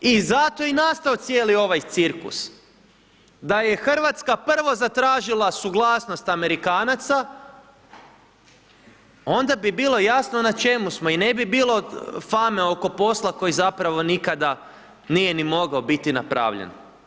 I zato je i nastao cijeli ovaj cirkus, da je Hrvatska prvo zatražila suglasnost Amerikanaca onda bi bilo jasno na čemu smo i ne bi bilo fame oko posla koji zapravo nikada nije ni mogao biti napravljen.